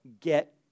get